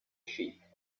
sheep